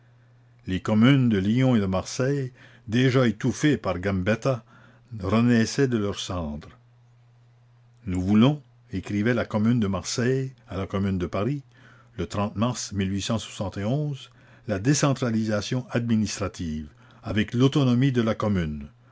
les communes de lyon et de marseille déjà étouffées par gambetta renaissaient de leurs cendres nous voulons écrivait la commune de marseille à la commune de paris le mars la décentralisation la commune administrative avec l'autonomie de la commune